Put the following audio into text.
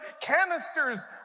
canisters